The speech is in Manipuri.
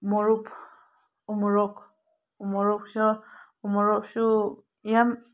ꯃꯣꯔꯣꯛ ꯎ ꯃꯣꯔꯣꯛ ꯎ ꯃꯣꯔꯣꯛꯁꯨ ꯎ ꯃꯣꯔꯣꯛꯁꯨ ꯌꯥꯝ